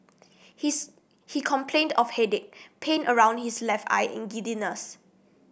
his he complained of headache pain around his left eye and giddiness